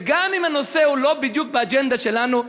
וגם אם הנושא הוא לא בדיוק באג'נדה שלנו,